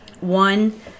One